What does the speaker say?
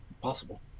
possible